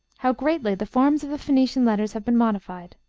how greatly the forms of the phoenician letters have been modified,